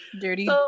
Dirty